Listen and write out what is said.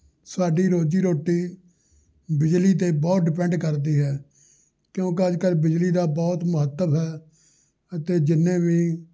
ਸਾਡੀ ਰੋਜ਼ੀ ਰੋਟੀ ਬਿਜਲੀ 'ਤੇ ਬਹੁਤ ਡਿਪੈਂਡ ਕਰਦੀ ਹੈ ਕਿਉਂਕਿ ਅੱਜ ਕੱਲ੍ਹ ਬਿਜਲੀ ਦਾ ਬਹੁਤ ਮਹੱਤਵ ਹੈ ਅਤੇ ਜਿੰਨੇ ਵੀ